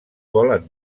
volen